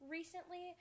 Recently